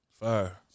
Fire